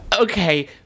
Okay